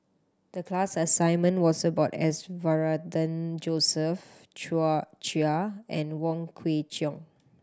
the class assignment was about S Varathan Chia and Wong Kwei Cheong